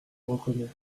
reconnaît